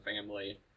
family